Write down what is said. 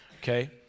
okay